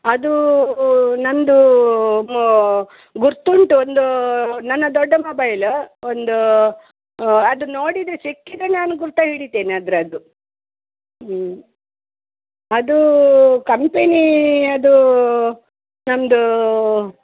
ಅದೂ ನಂದೂ ಮೊ ಗುರ್ತು ಉಂಟು ಒಂದು ನನ್ನ ದೊಡ್ಡ ಮೊಬೈಲ್ ಒಂದು ಅದು ನೋಡಿದರೆ ಸಿಕ್ಕಿದರೆ ನಾನು ಗುರ್ತು ಹಿಡಿತೇನೆ ಅದರದ್ದು ಹ್ಞೂ ಅದೂ ಕಂಪೆನೀ ಅದೂ ನಂದೂ